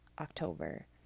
October